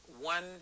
one